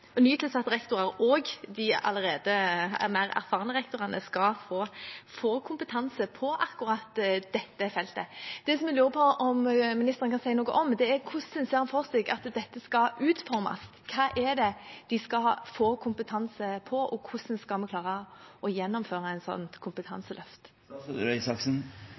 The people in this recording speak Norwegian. nytilsatte rektorer og de mer erfarne rektorene skal få kompetanse på akkurat dette feltet. Jeg lurer på om ministeren kan si noe om hvordan han ser for seg at dette skal utformes. Hva skal de få kompetanse i, og hvordan skal vi klare å gjennomføre et slikt kompetanseløft?